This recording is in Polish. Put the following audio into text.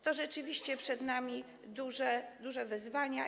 To rzeczywiście przed nami duże wyzwania.